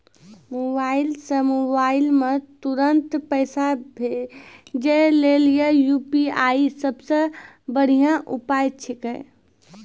mobile से mobile मे तुरन्त पैसा भेजे लेली यू.पी.आई सबसे बढ़िया उपाय छिकै